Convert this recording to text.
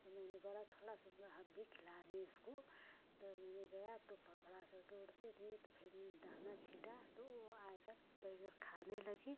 तो मैंने बोला थोड़ा सा भैया हम भी खिला दें इसको तो मैंने गया तो फड़फड़ा करके उड़ती थी तो फिर दाना छीटा तो वो आ कर कर खाने लगी